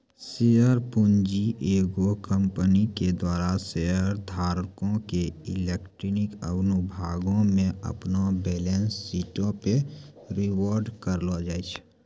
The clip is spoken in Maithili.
शेयर पूंजी एगो कंपनी के द्वारा शेयर धारको के इक्विटी अनुभागो मे अपनो बैलेंस शीटो पे रिपोर्ट करलो जाय छै